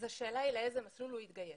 השאלה היא לאיזה מסלול הוא התגייס.